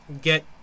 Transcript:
get